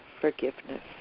forgiveness